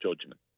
judgment